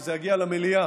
כשזה יגיע למליאה